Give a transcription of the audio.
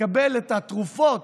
לקבל את התרופות